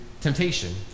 temptation